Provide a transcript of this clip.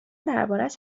دربارش